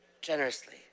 generously